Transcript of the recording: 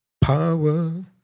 power